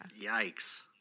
yikes